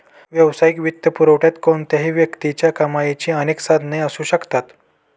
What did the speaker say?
वैयक्तिक वित्तपुरवठ्यात कोणत्याही व्यक्तीच्या कमाईची अनेक साधने असू शकतात